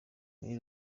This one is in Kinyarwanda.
muri